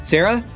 Sarah